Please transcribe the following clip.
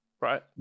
Right